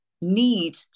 need